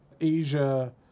Asia